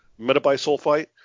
metabisulfite